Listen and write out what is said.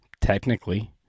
Technically